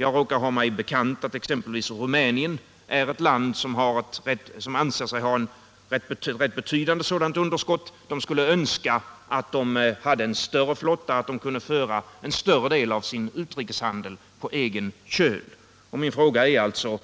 Jag råkar ha mig bekant att exempelvis Rumänien är ett land som anser sig ha ett rätt betydande sådant underskott. De önskar att de hade en större flotta och att de kunde föra en större del av sin utrikeshandel på egen köl. Min fråga är alltså: